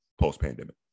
post-pandemic